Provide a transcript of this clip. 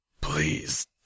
Please